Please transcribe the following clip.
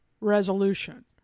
resolution